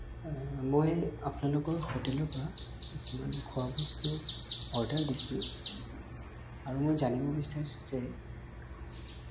মই আপোনালোকৰ হোটেলৰ পৰা কিছুমান খোৱাবস্তু অৰ্ডাৰ দিছোঁ আৰু মই জানিব বিচাৰিছোঁ যে